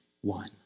one